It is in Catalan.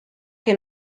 que